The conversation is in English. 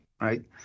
right